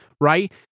right